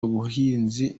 ubuhinzi